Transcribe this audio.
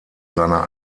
seiner